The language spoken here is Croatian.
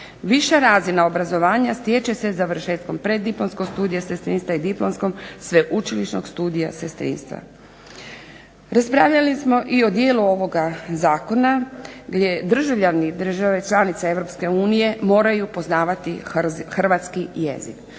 Viša razina obrazovanja stječe se završetkom preddiplomskog studija sestrinstva i diplomskog sveučilišnog studija sestrinstva. Raspravljali smo i o dijelu ovoga Zakona gdje državljani država članica Europske unije moraju poznavati Hrvatski jezik.